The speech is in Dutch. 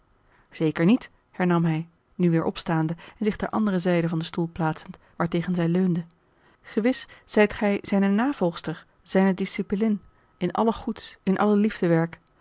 zeker niet hernam hij nu weêr opstaande en zich ter andere zijde van den stoel plaatsend waartegen zij leunde gewis zijt gij zijne navolgster zijne discipelin in alle goeds in alle